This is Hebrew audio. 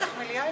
מליאה.